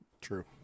True